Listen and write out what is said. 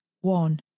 One